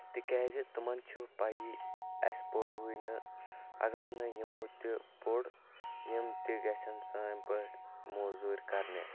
تِکیازِ تِمن چھِ پیی اسہِ پوٚرووٚے نہٕ اگر نہٕ یِمو تہِ پوٚر یِم تہِ گژھن سٲنۍ پٲٹھۍ موزورۍ کرنہِ